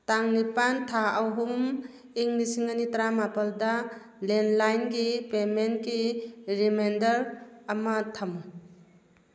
ꯇꯥꯡ ꯅꯤꯄꯥꯜ ꯊꯥ ꯑꯍꯨꯝ ꯏꯪ ꯂꯤꯁꯤꯡ ꯑꯅꯤ ꯇꯔꯥꯃꯥꯄꯜꯗ ꯂꯦꯟꯂꯥꯏꯟꯒꯤ ꯄꯦꯃꯦꯟꯒꯤ ꯔꯤꯃꯦꯟꯗꯔ ꯑꯃ ꯊꯝꯃꯨ